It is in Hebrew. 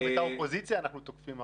גם את האופוזיציה אנחנו תוקפים.